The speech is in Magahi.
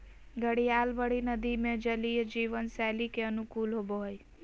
घड़ियाल बड़ी नदि में जलीय जीवन शैली के अनुकूल होबो हइ